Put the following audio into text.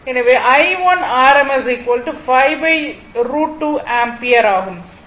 எனவே i1 rms 5 √ 2 ampere ஆகும்